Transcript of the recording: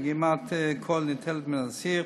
דגימת קול ניטלת מן האסיר,